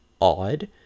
odd